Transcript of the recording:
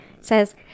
says